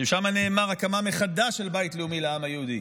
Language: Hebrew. ששם נאמר: הקמה מחדש של בית לאומי לעם היהודי